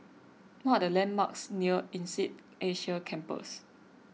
what are the landmarks near Insead Asia Campus